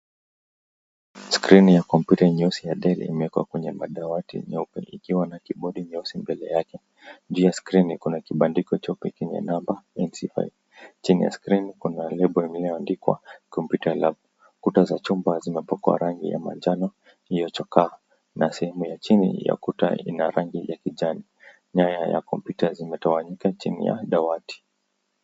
Skrini ya kompyuta ya dell imeekwa kenye dawati nyeupe ikiwa na kibodi nyeusi mbele yake, juu ya skini kuna kibandiko chenye namba mt5, kwenye skrini kuna lebo iliyoandikwa computer lab, kuta zimepakqa rangi ya manjano ya chokaa na sehemu ya chini ya ukuta hii ina rangi ya kijani, nyaya ya kompyuta imetawanyika chini ya dawati.